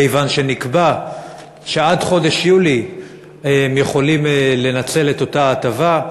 כיוון שנקבע שעד חודש יולי הם יכולים לנצל את אותה הטבה,